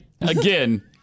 Again